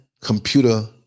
computer